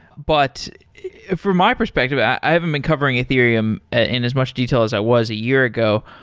but for my perspective, i haven't been covering ethereum ah in as much detail as i was a year ago,